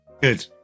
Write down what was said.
Good